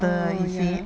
orh ya